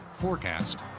forecast,